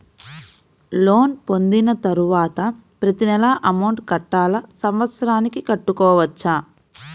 Loan పొందిన తరువాత ప్రతి నెల అమౌంట్ కట్టాలా? సంవత్సరానికి కట్టుకోవచ్చా?